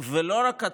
לא נכון.